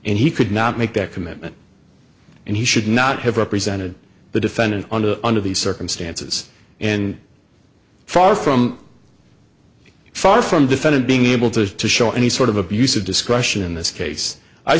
and he could not make that commitment and he should not have represented the defendant on to under these circumstances and far from far from defendant being able to show any sort of abuse of discretion in this case i